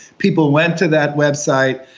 people went to that website,